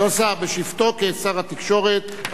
בשבתו כשר התקשורת,